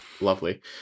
lovely